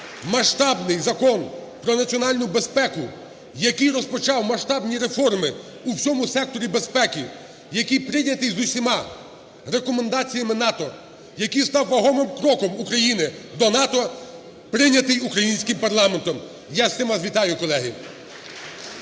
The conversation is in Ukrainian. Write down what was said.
масштабний Закон "Про національну безпеку", який розпочав масштабні реформи у всьому секторі безпеки, який прийнятий з усіма рекомендаціями НАТО, який став вагомим кроком України до НАТО, прийнятий українським парламентом. Я з цим вас вітаю, колеги!